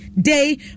day